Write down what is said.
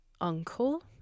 uncle